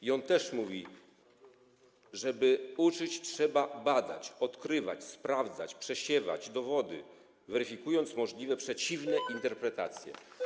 I on też mówi: Żeby uczyć, trzeba badać, odkrywać, sprawdzać, przesiewać dowody, weryfikując możliwe przeciwne interpretacje.